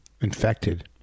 infected